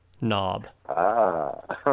knob